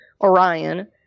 orion